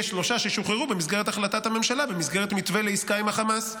יש שלושה ששוחררו במסגרת החלטת ממשלה במסגרת מתווה לעסקה עם החמאס'.